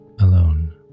alone